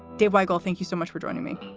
dave weigel, thank you so much for joining me.